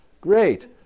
great